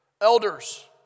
Elders